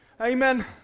amen